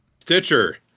Stitcher